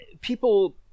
people